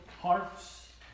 hearts